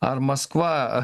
ar maskva